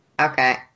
Okay